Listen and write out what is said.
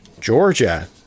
Georgia